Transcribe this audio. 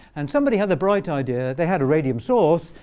and somebody had the bright idea they had a radium source.